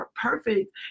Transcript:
perfect